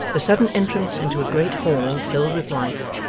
the sudden entrance into a great hall filled with life,